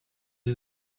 sie